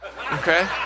Okay